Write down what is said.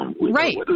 Right